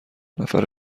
نفر